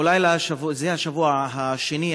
אולי זה השבוע השני,